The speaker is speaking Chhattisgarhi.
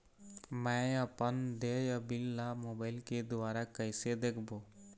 मैं अपन देय बिल ला मोबाइल के द्वारा कइसे देखबों?